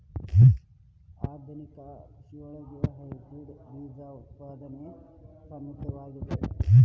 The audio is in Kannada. ಆಧುನಿಕ ಕೃಷಿಯೊಳಗ ಹೈಬ್ರಿಡ್ ಬೇಜ ಉತ್ಪಾದನೆ ಪ್ರಮುಖವಾಗಿದೆ